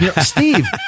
Steve